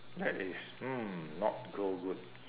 that is hmm not go good